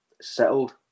settled